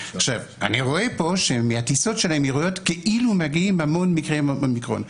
אני רואה פה שמהטיסות של האמירויות כאילו מגיעים המון מקרי אומיקרון.